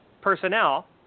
personnel